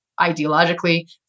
ideologically